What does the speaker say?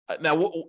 Now